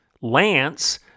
Lance